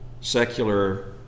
secular